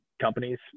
companies